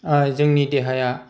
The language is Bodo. जोंनि देहाया